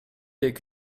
avec